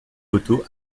coteau